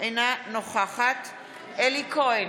אינה נוכחת אלי כהן,